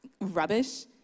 rubbish